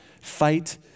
Fight